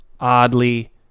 oddly